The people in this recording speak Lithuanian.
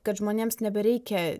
kad žmonėms nebereikia